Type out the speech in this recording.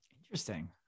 Interesting